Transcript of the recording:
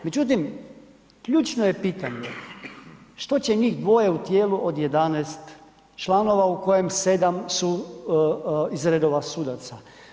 Međutim, ključno je pitanje, što će njih dvoje u tijelu od 11 članova u kojem 7 su iz redova sudaca?